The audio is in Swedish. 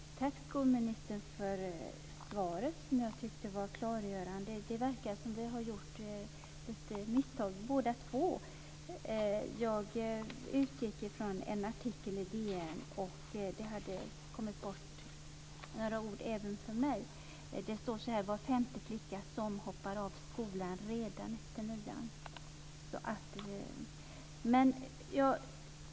Fru talman! Tack, skolministern, för svaret som jag tyckte var klargörande. Det verkar som vi har gjort misstag båda två. Jag utgick från en artikel i DN, och det hade kommit bort några ord även för mig. Det står så här: "Var femte flicka som hoppar av skolan redan efter nian".